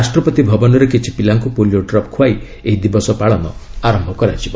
ରାଷ୍ଟ୍ରପତି ଭବନରେ କିଛି ପିଲାଙ୍କୁ ପୋଲିଓ ଡ୍ରପ୍ ଖୁଆଇ ଏହି ଦିବସ ପାଳନ ଆରମ୍ଭ କରାଯିବ